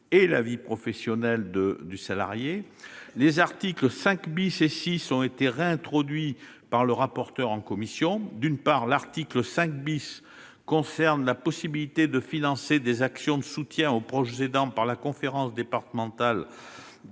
et la vie professionnelle d'un salarié. Les articles 5 et 6 ont été réintroduits par le rapporteur en commission. L'article 5 concerne la possibilité de financer des actions de soutien aux proches aidants par la conférence départementale